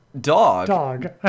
dog